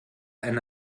einen